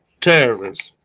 terrorism